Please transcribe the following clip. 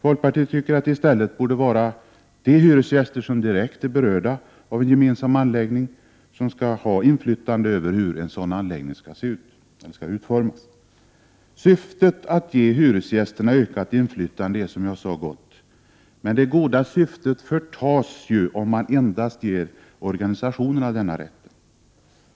Folkpartiet tycker att det i stället borde vara de hyresgäster som direkt är berörda av en gemensam anläggning som skall ha inflytande över hur en sådan anläggning skall utformas. Syftet att ge hyresgästerna ökat inflytande är som jag sade gott, men det goda syftet förtas ju om man endast ger organisationerna denna rätt.